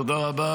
תודה רבה.